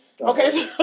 Okay